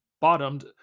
bottomed